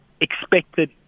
expected